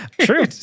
true